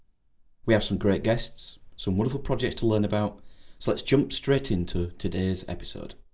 we have some great guests, some wonderful projects to learn about, so let's jump straight into today's episode.